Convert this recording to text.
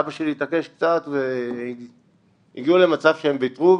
אבא שלי התעקש קצת והגיעו למצב שהם ויתרו,